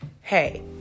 hey